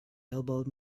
elbowed